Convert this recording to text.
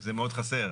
וזה מאוד חסר.